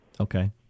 Okay